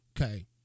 okay